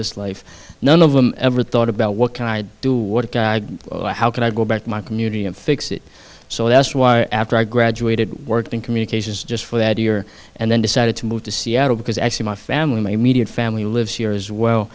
this life none of them ever thought about what can i do how can i go back to my community and fix it so that's why after i graduated worked in communications just for that year and then decided to move to seattle because i see my family my immediate family lives here as well